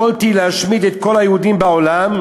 יכולתי להשמיד את כל היהודים בעולם,